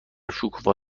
شکوفا